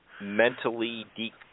mentally